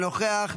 אינו נוכח,